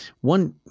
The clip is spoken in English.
One